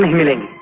milling